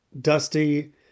Dusty